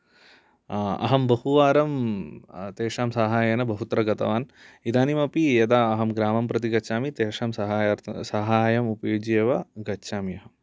अहं बहुवारं तेषां सहायेन बहुत्र गतवान् इदानीमपि यदा अहं ग्रामं प्रति गच्छामि तेषां सहायार्थं सहाय्यं उपयुज्य एव गच्छामि अहम्